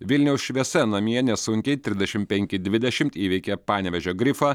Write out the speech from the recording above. vilniaus šviesa namie nesunkiai trisdešim penki dvidešimt įveikė panevėžio grifą